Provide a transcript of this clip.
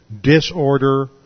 disorder